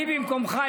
אני במקומך,